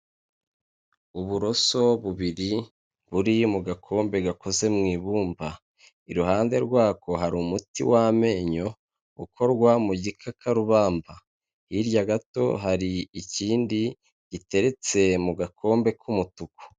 Uburoso bubiri buri mu gakombe gakoze mu ibumba, iruhande rwako hari umuti w'amenyo ukorwa mu gikakarubamba, hirya gato hari ikindi giteretse mu gakombe k'umutuku.